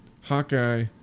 Hawkeye